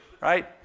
Right